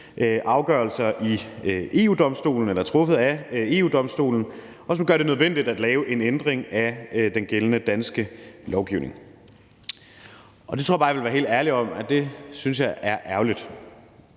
afgørelser truffet af EU-Domstolen, som gør det nødvendigt at lave en ændring af den gældende danske lovgivning. Det tror jeg bare jeg vil være helt ærlig om at jeg synes er ærgerligt,